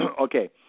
Okay